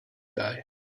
guy